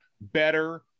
better